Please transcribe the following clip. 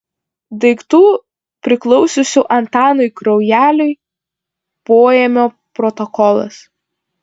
daiktų priklausiusių antanui kraujeliui poėmio protokolas